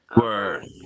Word